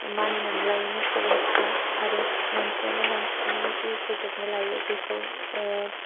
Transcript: मानिनानै लायोमोन सुबुंफोरा आरो मानसियानो मानसिनिनो जिउ फोजोबनो लायो बेखौ